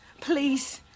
Please